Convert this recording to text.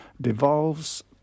devolves